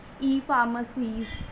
e-pharmacies